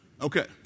Okay